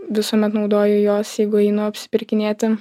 visuomet naudoju juos jeigu einu apsipirkinėti